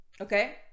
Okay